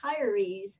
retirees